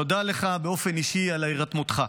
תודה לך באופן אישי על הירתמותך.